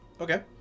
Okay